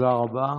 תודה רבה.